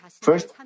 First